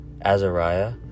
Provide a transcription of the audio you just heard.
Azariah